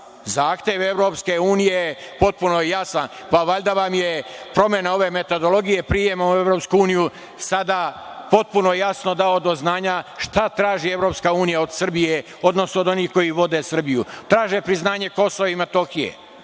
Zahtev EU je potpuno jasan. Pa valjda vam je promena ove metodologije prijema u EU sada potpuno jasno dao do znanja šta traži EU od Srbije, odnosno od onih koji vode Srbiju. Traže priznanje Kosova i Metohije.